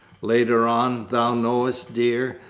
later on, thou knowest, dear,